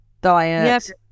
diet